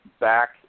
back